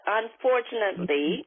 unfortunately